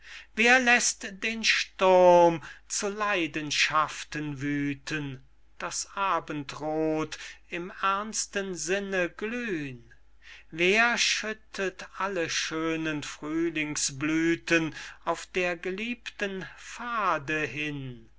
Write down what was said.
wer läßt den sturm zu leidenschaften wüthen das abendroth im ernsten sinne glühn wer schüttet alle schönen frühlingsblüten auf der geliebten pfade hin